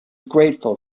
grateful